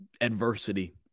adversity